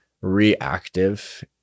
reactive